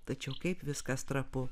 tačiau kaip viskas trapu